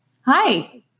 Hi